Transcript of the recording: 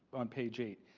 on page eight?